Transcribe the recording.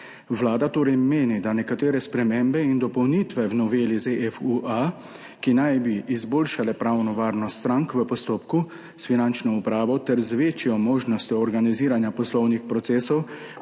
Vlada torej meni, da nekatere spremembe in dopolnitve v noveli ZFU-A, ki naj bi izboljšale pravno varnost strank v postopku s Finančno upravo ter z večjomožnostjo organiziranja poslovnih procesov